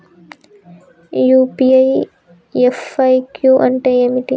UPI FAQ అంటే ఏమిటి?